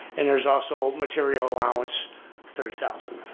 and there's also material allowance thirty thousand.